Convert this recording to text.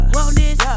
Wellness